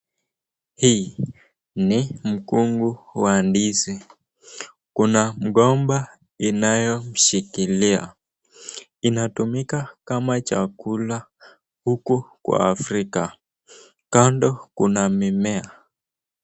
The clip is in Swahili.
Hii ni mkungu wa ndizi kuna mgomba inayomshikilia inatumika kama chakula huku kwa waafrika kando kuna mimea.